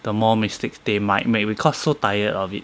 the more mistakes they might make because so tired of it